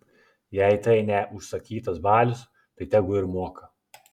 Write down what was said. jei tai ne užsakytas balius tai tegu ir moka